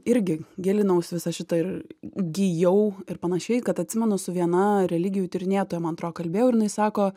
irgi gilinaus visą šitą ir gijau ir panašiai kad atsimenu su viena religijų tyrinėtoja man atrodo kalbėjau ir jinai sako